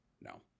No